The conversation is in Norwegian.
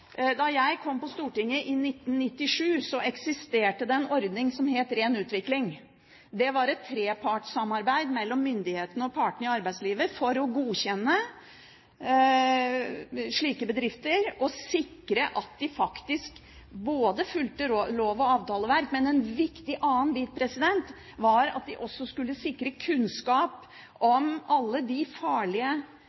Da jeg kom på Stortinget i 1997, eksisterte det en ordning som het Ren Utvikling. Det var et trepartssamarbeid mellom myndighetene og partene i arbeidslivet for å godkjenne slike bedrifter og sikre at de fulgte lov- og avtaleverk. En annen viktig bit var at de også skulle sikre kunnskap